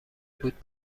بود